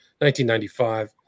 1995